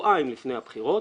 שבועיים לפני הבחירות,